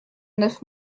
neuf